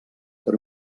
per